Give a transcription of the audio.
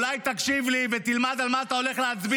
אולי תקשיב לי ותלמד על מה אתה הולך להצביע?